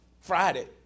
Friday